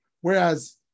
Whereas